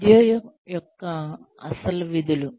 ఉద్యోగం యొక్క అసలు విధులు